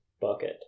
bucket